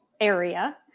area